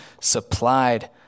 supplied